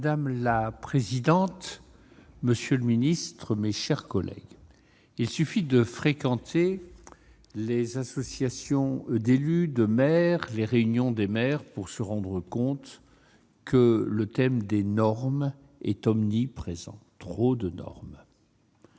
Madame la présidente, monsieur le secrétaire d'État, mes chers collègues, il suffit de fréquenter les associations d'élus et d'assister à des réunions de maires pour se rendre compte que le thème des normes est omniprésent :« trop de normes